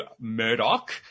Murdoch